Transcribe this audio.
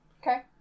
Okay